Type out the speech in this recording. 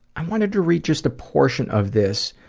i wanted to read just a portion of this.